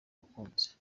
bakunzi